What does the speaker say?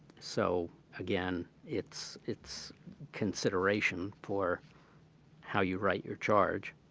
so again, it's it's consideration for how you write your charge.